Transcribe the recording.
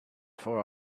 for